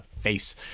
face